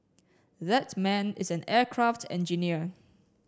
that man is an aircraft engineer